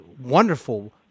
wonderful